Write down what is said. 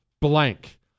blank